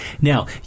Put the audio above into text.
Now